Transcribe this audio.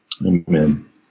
Amen